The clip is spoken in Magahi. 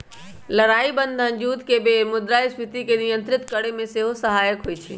लड़ाइ बन्धन जुद्ध के बेर मुद्रास्फीति के नियंत्रित करेमे सेहो सहायक होइ छइ